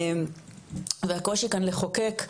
והקושי כאן לחוקק.